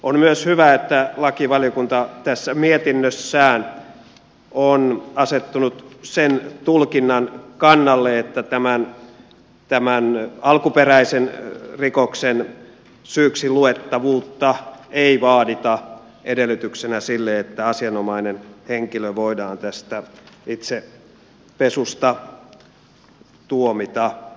on myös hyvä että lakivaliokunta tässä mietinnössään on asettunut sen tulkinnan kannalle että tämän alkuperäisen rikoksen syyksiluettavuutta ei vaadita edellytyksenä sille että asianomainen henkilö voidaan tästä itse pesusta tuomita